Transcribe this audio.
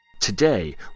Today